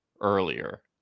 earlier